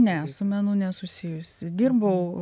ne su menu nesusijusį dirbau